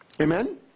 Amen